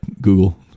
Google